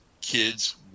kids